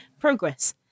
progress